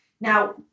Now